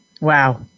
Wow